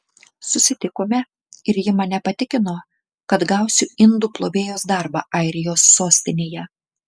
susitikome ir ji mane patikino kad gausiu indų plovėjos darbą airijos sostinėje